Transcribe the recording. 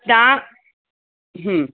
तव्हां